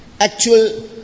Actual